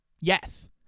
Yes